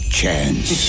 chance